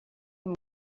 and